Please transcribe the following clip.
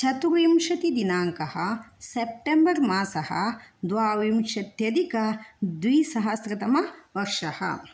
चतुर्विंशतिदिनाङ्कः सेप्टेम्बर् मासः द्वाविंशत्यधिकद्विसहस्रतमवर्षः